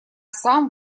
сам